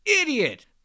idiot